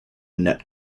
net